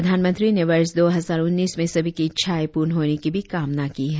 प्रधानमंत्री ने वर्ष दो हजार उन्नीस में सभी की इच्छाएं पूर्ण होने की भी कामना की है